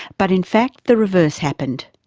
but in fact the reverse happened.